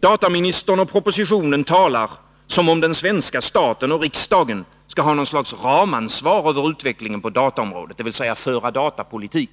Dataministern och propositionen talar som om den svenska staten och riksdagen skall ha något slags ramansvar över utvecklingen på dataområdet, dvs. föra datapolitik.